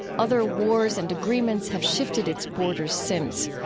other wars and agreements have shifted its borders since,